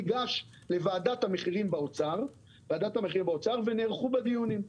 ניגש לוועדת המחירים באוצר ונערכו בה דיונים.